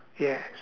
yes